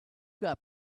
got